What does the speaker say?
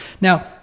Now